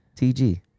TG